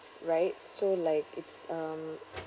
right so like it's um